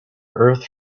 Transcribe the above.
earth